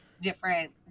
different